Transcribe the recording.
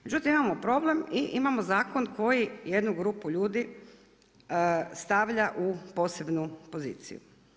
Međutim, imamo problem i imamo zakon koji jednu grupu ljudi stavlja u posebnu poziciju.